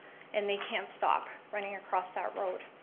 and they can't stop running across that road.